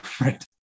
right